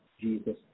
Jesus